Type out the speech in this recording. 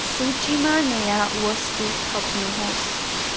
सूचीमा नयाँ वस्तु थप्नुहोस्